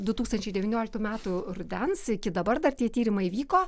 du tūkstančiai devynioliktų metų rudens iki dabar dar tie tyrimai vyko